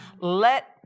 Let